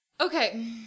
okay